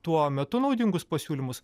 tuo metu naudingus pasiūlymus